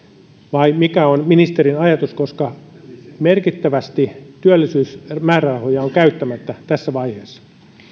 vai mikä on ministerin ajatus merkittävästi työllisyysmäärärahoja on käyttämättä tässä vaiheessa